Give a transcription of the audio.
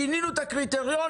שינינו את הקריטריונים,